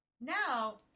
Now